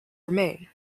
remain